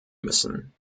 müssen